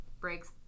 breaks